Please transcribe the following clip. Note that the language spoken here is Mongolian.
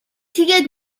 тэгээд